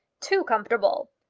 too comfortable!